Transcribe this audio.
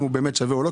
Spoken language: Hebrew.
אם הוא שווה או לא,